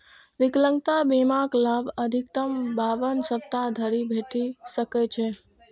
विकलांगता बीमाक लाभ अधिकतम बावन सप्ताह धरि भेटि सकै छै